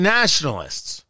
nationalists